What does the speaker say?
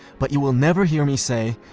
but you will never hear me say,